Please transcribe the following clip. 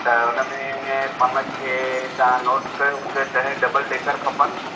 त उन में पाण खे तव्हां नोट कयो मूंखे ॾह डबल डेकर खपनि